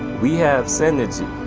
we have synergy.